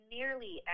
nearly